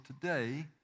today